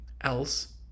else